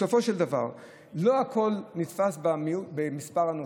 בסופו של דבר לא הכול נתפס על פי מספר הנוסעים,